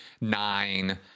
nine